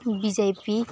BJP